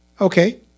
Okay